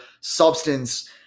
substance